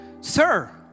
Sir